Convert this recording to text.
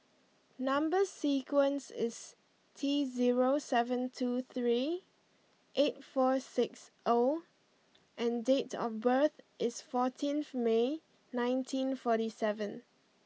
number sequence is T zero seven two three eight four six O and date of birth is fourteenth May nineteen forty seven